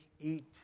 eat